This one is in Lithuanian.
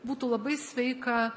būtų labai sveika